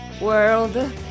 world